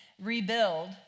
Rebuild